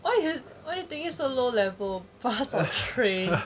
why you why you thinking so low level bus or train